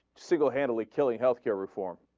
single-handedly kill you health care reform